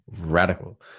radical